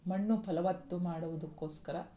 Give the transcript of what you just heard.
ಮಣ್ಣು ಫಲವತ್ತು ಮಾಡುವುದಕ್ಕೋಸ್ಕರ